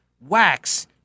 wax